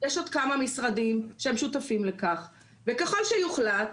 יש עוד כמה משרדים שהם שותפים לכך, וככל שיוחלט,